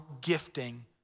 gifting